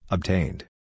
Obtained